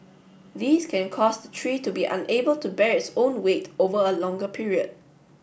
these can cause the tree to be unable to bear its own weight over a longer period